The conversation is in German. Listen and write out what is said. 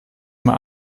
mal